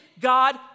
God